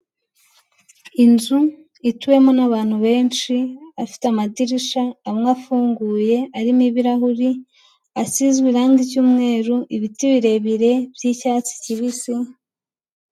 Inzu ituwemo n'abantu benshi, ifite amadirishya, amwe afunguye arimo ibirahuri, asizwe irangi ry'umweru, ibiti birebire by'icyatsi kibisi.